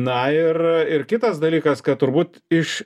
na ir ir kitas dalykas kad turbūt iš